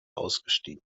ausgestiegen